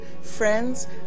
Friends